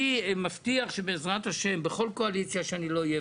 אני מבטיח שבעזרת השם בכל קואליציה שאני לא אהיה,